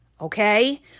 okay